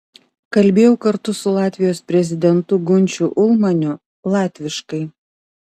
kalbėjau kartu su latvijos prezidentu gunčiu ulmaniu latviškai